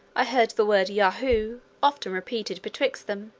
i heard the word yahoo often repeated betwixt them